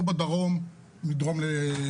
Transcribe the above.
או מדרום למרכז.